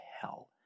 hell